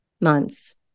months